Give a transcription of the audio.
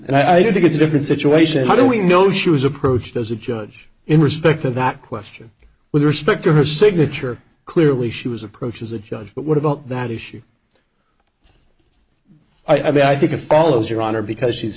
and i do think it's a different situation how do we know she was approached as a judge in respect to that question with respect to her signature clearly she was approached as a judge but what about that issue i think it follows your honor because she's